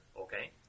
Okay